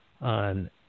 on